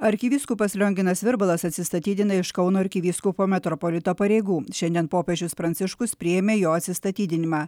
arkivyskupas lionginas virbalas atsistatydina iš kauno arkivyskupo metropolito pareigų šiandien popiežius pranciškus priėmė jo atsistatydinimą